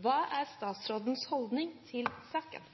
Hva er statsrådens holdning til saken?»